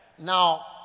Now